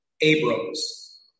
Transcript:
Abrams